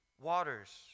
waters